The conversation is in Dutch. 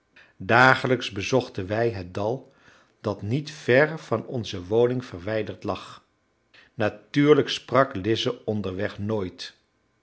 dagelijks bezochten wij het dal dat niet ver van onze woning verwijderd lag natuurlijk sprak lize onderweg nooit